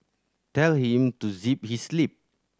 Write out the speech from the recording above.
tell him to zip his lip